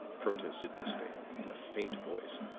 protested miss vale in a faint voice,